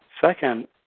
Second